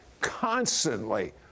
constantly